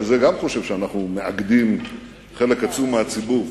בזה גם חושב שאנחנו מאגדים חלק עצום מהציבור.